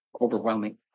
overwhelming